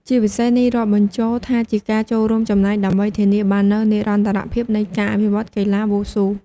ជាពិសេនេះរាប់បញ្ចូលថាជាការចូលរួមចំណែក ដើម្បីធានាបាននូវនិរន្តរភាពនៃការអភិវឌ្ឍន៍កីឡាវ៉ូស៊ូ។